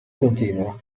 continua